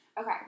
Okay